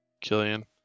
Killian